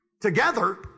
together